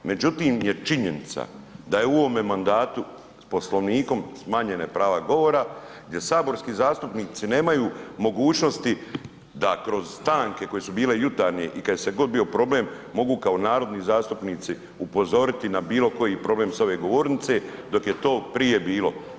Međutim je činjenica da je u ovome mandatu s Poslovnikom smanjenja prava govora gdje saborski zastupnici nemaju mogućnosti da kroz stanke koje su bile jutarnje i kada god se je bio problem mogu kao narodni zastupnici upozoriti na bilo koji problem s ove govornice dok je to prije bilo.